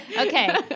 okay